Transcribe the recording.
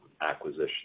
acquisition